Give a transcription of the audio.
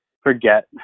forget